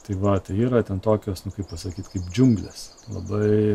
tai va tai yra ten tokios nu kaip pasakyt kaip džiunglės labai